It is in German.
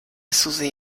susi